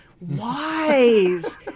wise